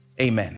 Amen